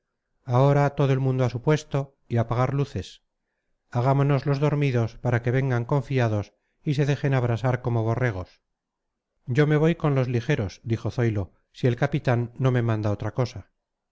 ahora todo el mundo a su puesto y apagar luces hagámonos los dormidos para que vengan confiados y se dejen abrasar como borregos yo me voy con los ligeros dijo zoilo si el capitán no me manda otra cosa